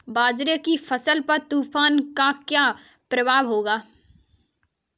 बाजरे की फसल पर तूफान का क्या प्रभाव होगा?